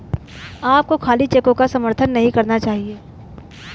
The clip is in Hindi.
आपको खाली चेकों का समर्थन नहीं करना चाहिए